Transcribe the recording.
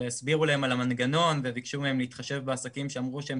והסבירו להם על המנגנון וביקשו מהם להתחשב בעסקים שאמרו שהם